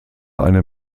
eine